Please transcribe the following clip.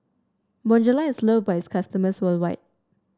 Bonjela is loved by its customers worldwide